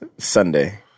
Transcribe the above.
Sunday